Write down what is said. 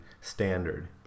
Standard